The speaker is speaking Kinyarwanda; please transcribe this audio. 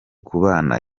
kubana